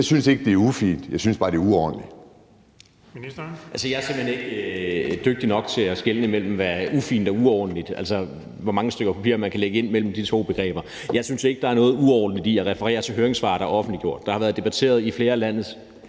Jeg synes ikke, det er ufint; jeg synes bare, det er uordentligt.